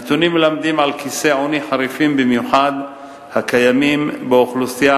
הנתונים מלמדים על כיסי עוני חריפים במיוחד הקיימים באוכלוסייה